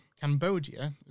Cambodia